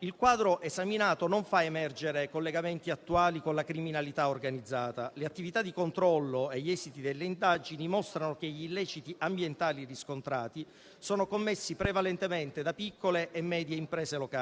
Il quadro esaminato non fa emergere collegamenti attuali con la criminalità organizzata. Le attività di controllo agli esiti delle indagini mostrano che gli illeciti ambientali riscontrati sono commessi prevalentemente da piccole e medie imprese locali